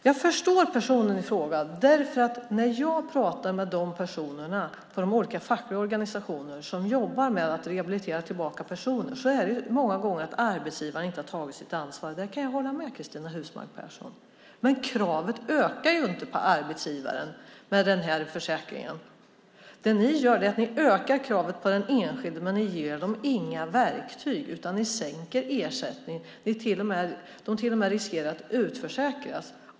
Jag förstår personen i fråga därför att när jag pratar med de personer på de olika fackliga organisationerna som jobbar med att rehabilitera personer säger de många gånger att arbetsgivaren inte har tagit sitt ansvar. Där kan jag hålla med Cristina Husmark Pehrsson, men kravet på arbetsgivaren ökar inte med den här försäkringen. Ni ökar kravet på den enskilde, men ni ger dem inga verktyg, utan ni sänker ersättningen. De riskerar till och med att utförsäkras.